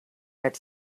had